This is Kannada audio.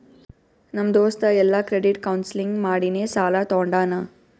ನಮ್ ದೋಸ್ತ ಎಲ್ಲಾ ಕ್ರೆಡಿಟ್ ಕೌನ್ಸಲಿಂಗ್ ಮಾಡಿನೇ ಸಾಲಾ ತೊಂಡಾನ